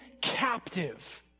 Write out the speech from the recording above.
captive